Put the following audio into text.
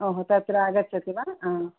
ओहो तत्र आगच्छति वा आ